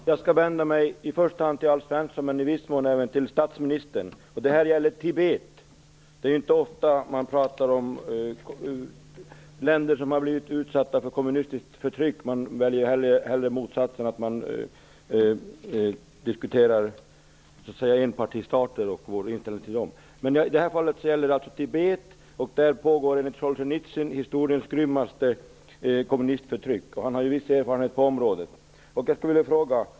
Herr talman! Jag vill vända mig i första hand till Alf Svensson men även i viss mån till statsministern. Det gäller Tibet. Det är inte ofta vi talar om länder som blivit utsatta för kommunistiskt förtryck -- man diskuterar hellre enpartistater och vår inställning till dem. I Tibet pågår, enligt Solsjenitsyn, historiens grymmaste kommunistförtryck. Han har ju viss erfarenhet på området.